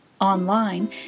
online